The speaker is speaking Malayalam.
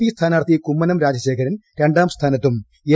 പി സ്ഥാനാർത്ഥി കുമ്മനം രാജശേഖരൻ രണ്ടാം സ്ഥാനത്തും എൽ